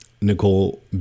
Nicole